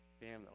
Family